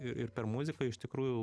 ir per muziką iš tikrųjų